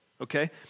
okay